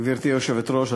גברתי היושבת-ראש,